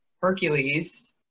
Hercules